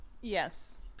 yes